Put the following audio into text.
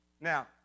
Now